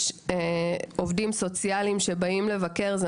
יש עובדים סוציאליים שבאים לבקר; זה